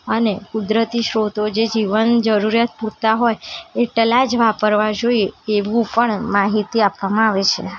અને કુદરતી સ્ત્રોતો જે જીવન જરૂરિયાત પૂરતાં હોય એટલાં જ વાપરવા જોઈએ એવું પણ માહિતી આપવામાં આવે છે